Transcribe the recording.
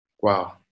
Wow